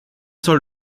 soll